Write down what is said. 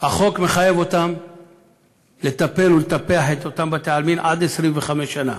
החוק מחייב לטפל ולטפח אותם עד 25 שנה.